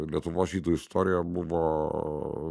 lietuvos žydų istorija buvo